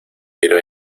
miró